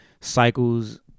Cycles